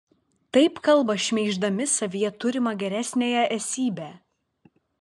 taip kalba šmeiždami savyje turimą geresniąją esybę